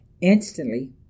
Instantly